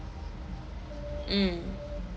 mm